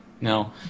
No